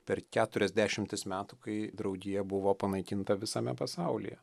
per keturias dešimtis metų kai draugija buvo panaikinta visame pasaulyje